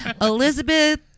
Elizabeth